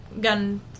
gun